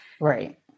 right